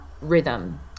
Rhythm